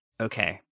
Okay